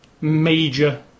major